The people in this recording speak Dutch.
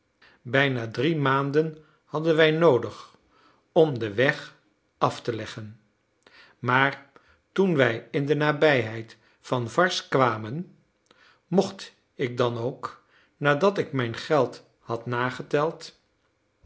bijna drie maanden hadden wij noodig om den weg af te leggen maar toen wij in de nabijheid van varses kwamen mocht ik dan ook nadat ik mijn geld had nageteld